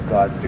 God